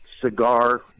cigar